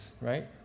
right